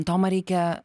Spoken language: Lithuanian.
tomą reikia